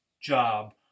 job